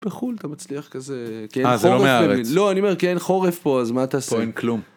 בחו"ל אתה מצליח כזה אה זה לא מהארץ לא אני אומר כי אין חורף פה אז מה תעשה פה אין כלום.